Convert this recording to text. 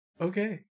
Okay